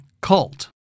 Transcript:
cult